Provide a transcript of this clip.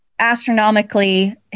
astronomically